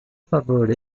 favor